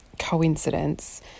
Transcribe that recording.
coincidence